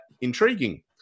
intriguing